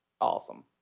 Awesome